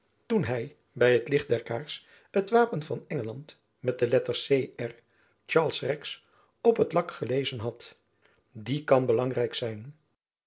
toen hy by het licht der kaars het wapen van engeland met de letters c r charles rex op het lak gelezen had die kan belangrijk zijn